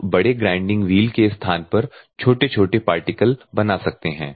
आप बड़े grinding wheel के स्थान पर छोटे छोटे पार्टिकल बना सकते हैं